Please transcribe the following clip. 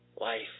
Life